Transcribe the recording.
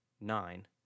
nine